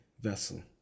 vessel